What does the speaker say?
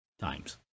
times